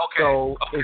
Okay